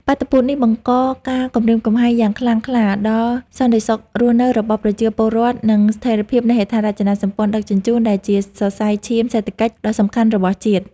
បាតុភូតនេះបង្កការគំរាមកំហែងយ៉ាងខ្លាំងក្លាដល់សន្តិសុខរស់នៅរបស់ប្រជាពលរដ្ឋ និងស្ថិរភាពនៃហេដ្ឋារចនាសម្ព័ន្ធដឹកជញ្ជូន ដែលជាសរសៃឈាមសេដ្ឋកិច្ចដ៏សំខាន់របស់ជាតិ។